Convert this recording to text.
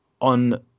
On